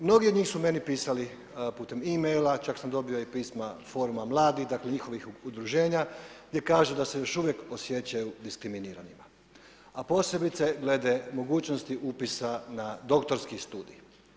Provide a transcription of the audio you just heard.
Mnogi od njih su meni pisali putem emaila, čak sam dobio i pisma Foruma mladih njihovih udruženja gdje kažu da se još uvijek osjećaju diskriminiranima, a posebice glede mogućnosti upisa na doktorski studij.